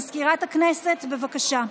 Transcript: מזכירת הכנסת, בבקשה.